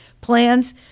plans